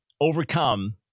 overcome